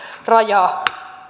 raja